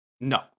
No